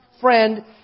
Friend